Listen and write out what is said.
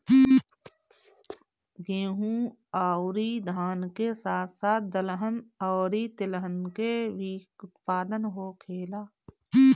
गेहूं अउरी धान के साथ साथ दहलन अउरी तिलहन के भी उत्पादन होखेला